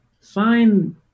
find